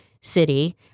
city